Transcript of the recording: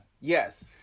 Yes